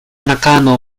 nakano